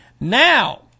Now